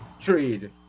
trade